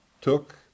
took